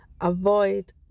avoid